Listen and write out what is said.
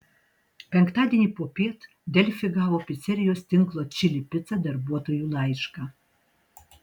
penktadienį popiet delfi gavo picerijos tinklo čili pica darbuotojų laišką